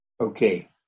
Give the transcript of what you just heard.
Okay